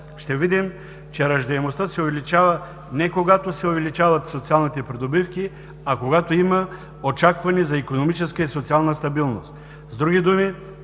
ще видим, че раждаемостта се увеличава не когато се увеличават социалните придобивки, а когато има очаквания за икономическа и социална стабилност.